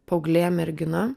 paauglė mergina